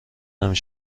نمی